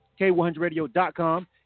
k100radio.com